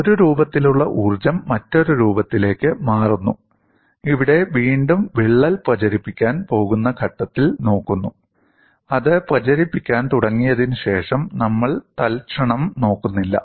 ഒരു രൂപത്തിലുള്ള ഊർജ്ജം മറ്റൊരു രൂപത്തിലേക്ക് മാറുന്നു ഇവിടെ വീണ്ടും വിള്ളൽ പ്രചരിപ്പിക്കാൻ പോകുന്ന ഘട്ടത്തിൽ നോക്കുന്നു അത് പ്രചരിപ്പിക്കാൻ തുടങ്ങിയതിനുശേഷം നമ്മൾ തൽക്ഷണം നോക്കുന്നില്ല